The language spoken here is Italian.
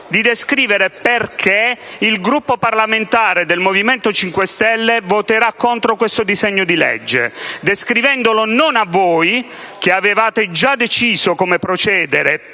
di descrivere perché il Gruppo parlamentare del Movimento 5 Stelle voterà contro questo disegno di legge descrivendolo non a voi, che avevate già deciso come procedere